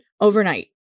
overnight